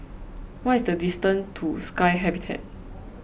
what is the distance to Sky Habitat